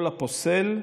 כל הפוסל,